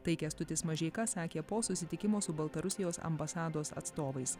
tai kęstutis mažeika sakė po susitikimo su baltarusijos ambasados atstovais